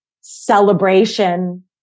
celebration